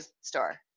Store